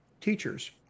teachers